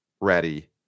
ready